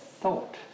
thought